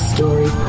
Story